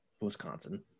Wisconsin